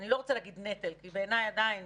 אני לא רוצה להגיד נטל כי בעיניי עדיין